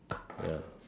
ya